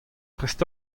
prest